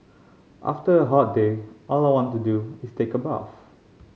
after a hot day all I want to do is take a bath